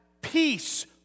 peace